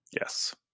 yes